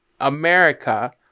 America